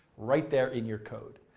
right there in your code.